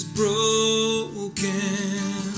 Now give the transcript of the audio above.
broken